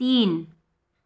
तीन